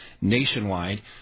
nationwide